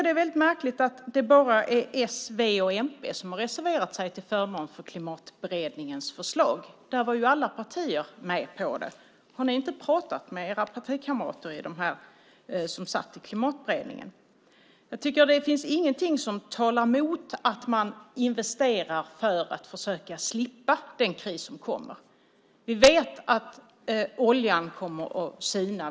Det är väldigt märkligt att bara s, v och mp har reserverat sig till förmån för Klimatberedningens förslag. I den beredningen var ju alla partier med på förslaget. Har ni inte pratat med era partikamrater som satt i Klimatberedningen? Jag tycker inte att det finns något som talar emot att man investerar för att försöka slippa den kris som kommer. Vi vet att oljan kommer att sina.